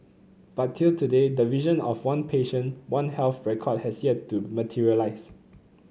but till today the vision of one patient one health record has yet to materialise